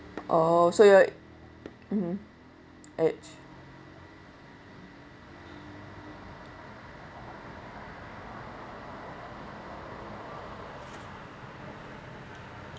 oh so you'll mmhmm edge